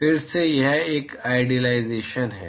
फिर से यह एक आइडियालाएज़ेशन है